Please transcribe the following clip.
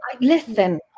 Listen